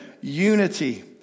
unity